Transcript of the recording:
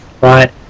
right